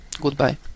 Goodbye